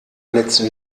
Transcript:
letzten